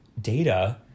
data